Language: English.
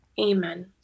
Amen